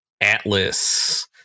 Atlas